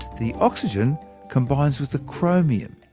the oxygen combines with the chromium,